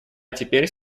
теперь